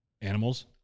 animals